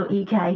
.uk